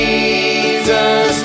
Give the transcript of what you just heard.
Jesus